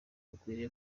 bakwiriye